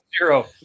Zero